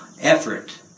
effort